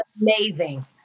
amazing